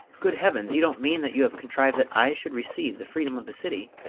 good heavens! you don't mean that you have contrived that i should receive the freedom of the city?